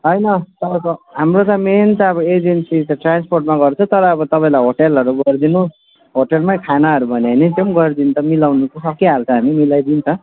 होइन तपाईँको हाम्रो त मेन त अब एजेन्सी त ट्रान्सपोर्टमा गर्छ तर अब तपाईँलाई होटलहरू गरिदिनु होटलमै खानाहरू भन्यो भने त्यो पनि गरिदिनु त मिलाउनु त सकिहाल्छ हामी मिलाउन त सकिहाल्छ मिलाइदिन्छौँ